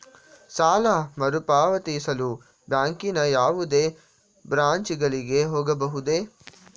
ಸಾಲ ಮರುಪಾವತಿಸಲು ಬ್ಯಾಂಕಿನ ಯಾವುದೇ ಬ್ರಾಂಚ್ ಗಳಿಗೆ ಹೋಗಬಹುದೇ?